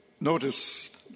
Notice